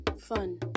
fun